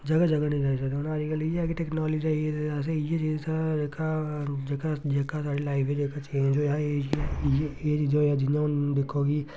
जगह् जगह् नेईं जाई सकदे हून अज्जकल इ'यै कि टैक्नोलाजी आई असेंगी इ'यां जेह्का जेह्का जेह्का जेह्का साढ़ी लाइफ जेह्का चेंज आई गेई इ'यै चीज़ां जियां हून दिक्खो कि